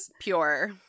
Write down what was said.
pure